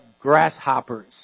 grasshoppers